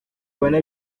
abona